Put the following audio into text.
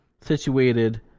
situated